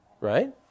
Right